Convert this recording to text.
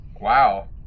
Wow